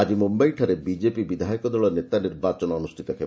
ଆଜି ମୁମ୍ଯାଇଠାରେ ବିଜେପି ବିଧାୟକ ଦଳ ନେତା ନିର୍ବାଚନ ଅନୁଷ୍ଠିତ ହେବ